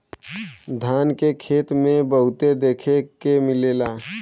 धान के खेते में बहुते देखे के मिलेला